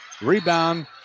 Rebound